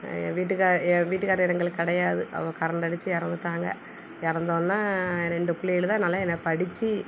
என் வீட்டுக்காரர் என் வீட்டுக்காரர் எங்களுக்கு கிடையாது அவங்க கரண்ட் அடிச்சு இறந்துட்டாங்க இறந்தொன்னே ரெண்டு பிள்ளைகளும் தான் நல்லா என்ன படிச்சு